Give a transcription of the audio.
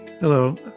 Hello